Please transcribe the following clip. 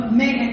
man